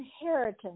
inheritance